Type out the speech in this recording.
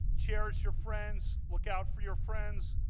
cherish your friends, look out for your friends,